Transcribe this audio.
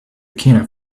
cannot